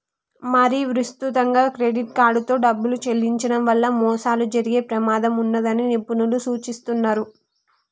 మరీ విస్తృతంగా క్రెడిట్ కార్డుతో డబ్బులు చెల్లించడం వల్ల మోసాలు జరిగే ప్రమాదం ఉన్నదని నిపుణులు సూచిస్తున్నరు